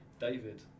David